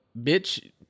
bitch